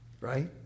Right